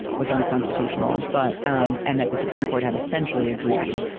was unconstitutional but um and that the supreme court had essentially agreed.